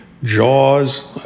Jaws